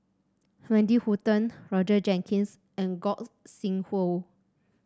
Wendy Hutton Roger Jenkins and Gog Sing Hooi